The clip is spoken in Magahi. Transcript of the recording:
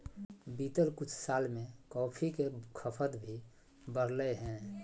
बीतल कुछ साल में कॉफ़ी के खपत भी बढ़लय हें